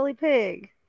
pig